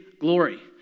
glory